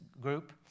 group